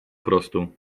prostu